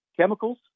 Chemicals